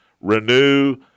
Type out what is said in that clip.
Renew